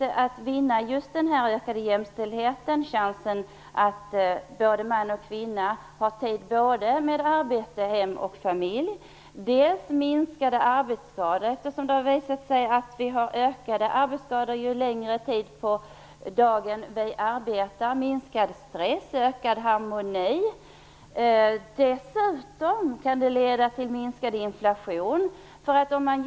Dels kan man vinna ökad jämställdhet - både man och kvinna kan få tid till arbete, hem och familj - dels kan det bli minskade arbetsskador. Det har ju visat sig att arbetsskadorna ökar ju längre tid på dagen vi arbetar. Vidare ger en arbetstidsförkortning minskad stress och ökad harmoni.